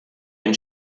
ein